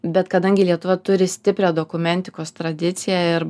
bet kadangi lietuva turi stiprią dokumentikos tradiciją ir